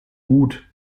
gut